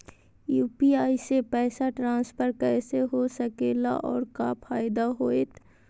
UPI से पैसा transfer कैसे हो सके ला और का फायदा होएत?